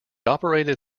operated